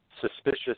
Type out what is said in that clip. suspicious